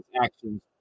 actions